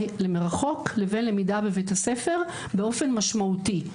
מרחוק לבין למידה בבית הספר באופן משמעותי.